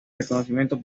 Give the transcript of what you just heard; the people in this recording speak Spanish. reconocimiento